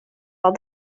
are